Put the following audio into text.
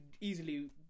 easily